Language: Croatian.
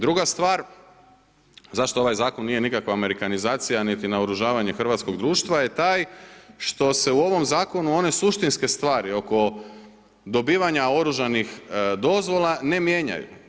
Druga stvar zašto ovaj zakon nije nikakva amerikanizacija niti naoružavanje hrvatskog društva je taj što se u ovoj zakonu one suštinske stvari oko dobivanja oružanih dozvola ne mijenjaju.